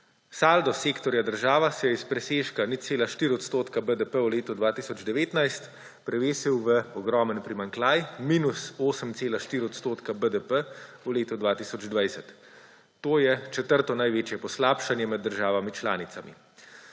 Saldo sektorja država se je iz presežka 0,4 % BDP v letu 2019 prevesil v ogromen primanjkljaj minus 8,4 % BDP v letu 2020. To je četrto največje poslabšanje med državami članicami.